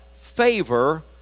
Favor